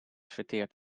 verteerd